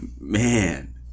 man